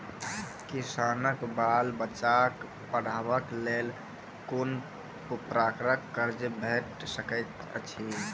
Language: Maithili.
किसानक बाल बच्चाक पढ़वाक लेल कून प्रकारक कर्ज भेट सकैत अछि?